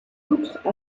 outre